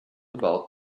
about